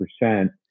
percent